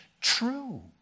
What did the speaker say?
true